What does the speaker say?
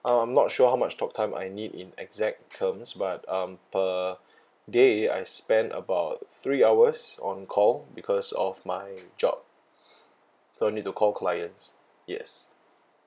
I'm not sure how much talk time I need in exact terms but um per day I spent about three hours on call because of my job so I need to call clients yes